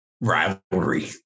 rivalry